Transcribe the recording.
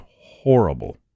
horrible